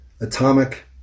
atomic